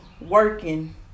working